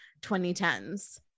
2010s